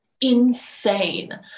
insane